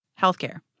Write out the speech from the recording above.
Healthcare